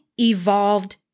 evolved